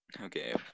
Okay